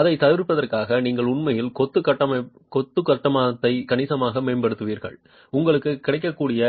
அதைத் தவிர்ப்பதற்காக நீங்கள் உண்மையில் கொத்து கட்டுமானத்தை கணிசமாக சேதப்படுத்துவீர்கள் உங்களுக்கு கிடைக்கக்கூடிய